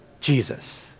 Jesus